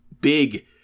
big